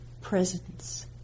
presence